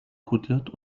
kodiert